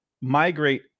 migrate